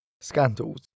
Scandals